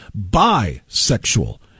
bisexual